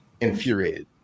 Infuriated